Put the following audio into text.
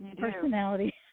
personality